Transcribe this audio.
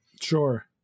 Sure